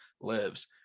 lives